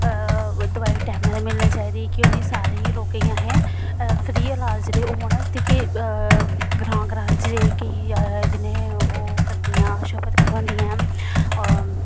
दवाई टैमै दी मिलनी चाइदी की उनें सारें लोकें गी अहें फ्री इलाज जेह्ड़े होन ताकि ग्रां ग्राएं च जेह्की जिन्ने ऐ ओह् करदियां करांदियां